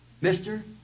Mister